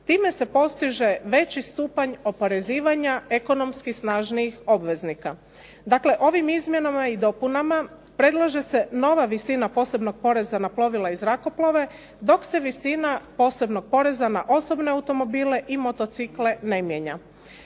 Time se postiže veći stupanj oporezivanja ekonomski snažnijih obveznika. Dakle, ovim izmjenama i dopunama predlaže se nova visina posebnog poreza na plovila i zrakoplove dok se visina posebnog poreza na osobne automobile i motocikle ne mijenja.